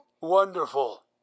Wonderful